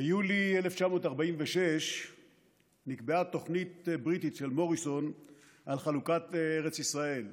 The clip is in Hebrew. ביולי 1946 נקבעה תוכנית בריטית של מוריסון לחלוקת ארץ ישראל: